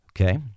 Okay